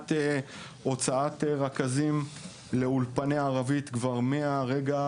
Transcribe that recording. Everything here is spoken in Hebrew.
מתבצעת הוצאת רכזים לאולפני ערבית כבר מהרגע